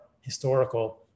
historical